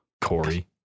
Corey